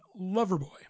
Loverboy